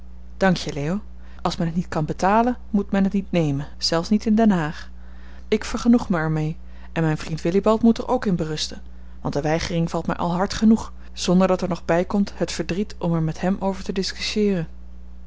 dankje leo als men het niet kan betalen moet men het niet nemen zelfs niet in den haag ik vergenoeg er mij mee en mijn vriend willibald moet er ook in berusten want de weigering valt mij al hard genoeg zonder dat er nog bij komt het verdriet om er met hem over te discussieeren